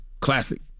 classic